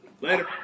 Later